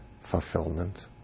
fulfillment